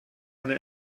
eine